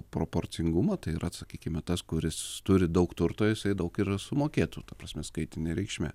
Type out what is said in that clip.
proporcingumo ir atsakykime tas kuris turi daug turto jisai daug ir sumokėtų ta prasme skaitine reikšme